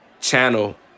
channel